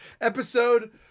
Episode